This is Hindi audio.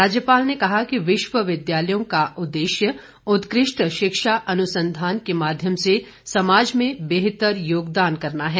राज्यपाल ने कहा कि विश्वविद्यालयों का उद्देश्य उत्कृष्ट शिक्षा अनुसंधान के माध्यम से समाज में बेहतर योगदान करना है